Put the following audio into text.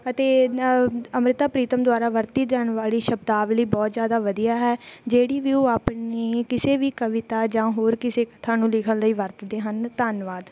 ਅਤੇ ਅੰਮ੍ਰਿਤਾ ਪ੍ਰੀਤਮ ਦੁਆਰਾ ਵਰਤੀ ਜਾਣ ਵਾਲੀ ਸ਼ਬਦਾਵਲੀ ਬਹੁਤ ਜ਼ਿਆਦਾ ਵਧੀਆ ਹੈ ਜਿਹੜੀ ਵੀ ਉਹ ਆਪਣੀ ਕਿਸੇ ਵੀ ਕਵਿਤਾ ਜਾਂ ਹੋਰ ਕਿਸੇ ਨੂੰ ਲਿਖਣ ਲਈ ਵਰਤਦੇ ਹਨ ਧੰਨਵਾਦ